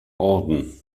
orden